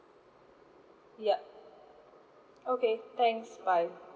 yup okay thanks bye